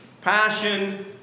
passion